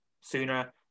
sooner